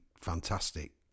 fantastic